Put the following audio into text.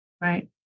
Right